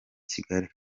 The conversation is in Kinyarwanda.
kigali